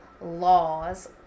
laws